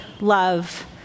love